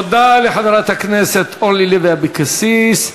תודה לחברת הכנסת אורלי לוי אבקסיס.